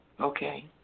Okay